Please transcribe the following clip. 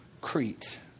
Crete